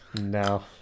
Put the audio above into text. no